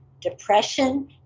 depression